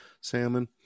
salmon